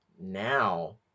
now